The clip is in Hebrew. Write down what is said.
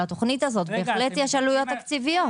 יש לה עלויות תקציביות.